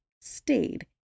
stayed